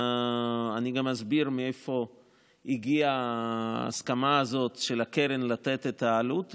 אני גם אסביר מאיפה הגיעה ההסכמה הזאת של הקרן לתת את העלות.